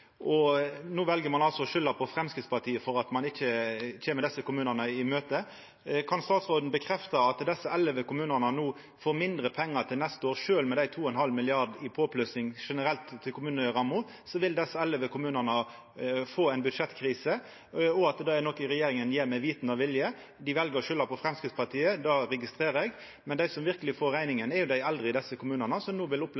og no vel ein å skulda på Framstegspartiet for at ein ikkje kjem desse kommunane i møte. Kan statsråden bekrefta at desse elleve kommunane får mindre pengar til neste år? Sjølv med 2,5 mrd. kr i påplussing generelt på kommuneramma, vil desse kommunane få ei budsjettkrise, og dette er noko regjeringa gjer med innsikt og vilje. Dei vel å skulda på Framstegspartiet. Det registrerer eg, men dei som verkeleg får rekninga, er dei eldre i desse kommunane, som no vil